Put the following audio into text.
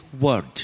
word